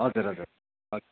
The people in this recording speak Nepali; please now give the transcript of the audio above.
हजुर हजुर हजुर